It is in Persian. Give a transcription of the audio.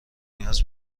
نیاز